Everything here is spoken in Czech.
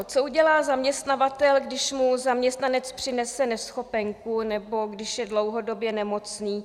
Co udělá zaměstnavatel, když mu zaměstnanec přinese neschopenku nebo když je dlouhodobě nemocný?